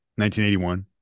1981